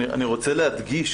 אני רוצה להדגיש